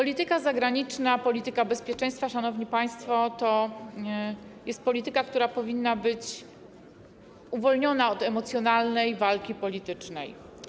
Polityka zagraniczna, polityka bezpieczeństwa, szanowni państwo, to jest polityka, która powinna być uwolniona od emocjonalnej walki politycznej.